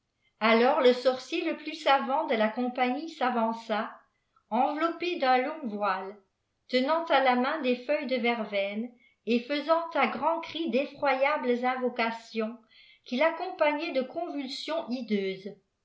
alors le sorcier le plus savant de la compagnie s'avança emveloppé d'un long voile tenant à la main des feuilles de verveine et faisant à grands cris d'effroyables invocations qu'il accompagnait de convulsions hidôuscs